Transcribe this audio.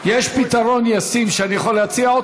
יש פתרון ישים שאני יכול להציע.